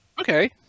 Okay